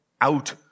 out